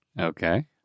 Okay